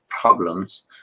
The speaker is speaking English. problems